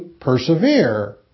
persevere